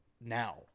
now